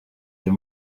uyu